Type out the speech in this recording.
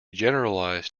generalized